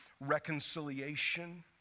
reconciliation